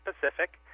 Pacific